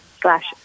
slash